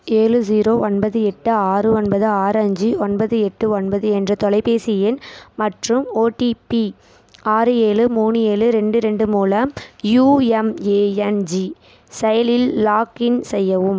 ஏழு ஜீரோ ஒன்பது எட்டு ஆறு ஒன்பது ஆறு அஞ்சு ஒன்பது எட்டு ஒன்பது என்ற தொலைபேசி எண் மற்றும் ஓடிபி ஆறு ஏழு மூணு ஏழு ரெண்டு ரெண்டு மூலம் யூஎம்ஏஎன்ஜி செயலில் லாக்இன் செய்யவும்